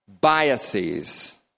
biases